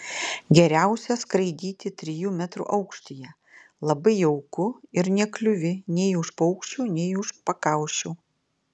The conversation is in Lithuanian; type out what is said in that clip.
geriausia skraidyti trijų metrų aukštyje labai jauku ir nekliūvi nei už paukščių nei už pakaušių